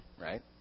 right